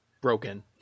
broken